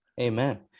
Amen